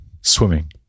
Swimming